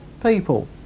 people